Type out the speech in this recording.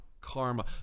Karma